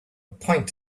point